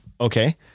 Okay